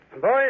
Boys